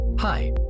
Hi